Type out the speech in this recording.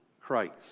Christ